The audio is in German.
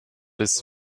bis